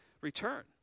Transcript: return